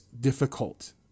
difficult